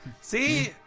See